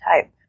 type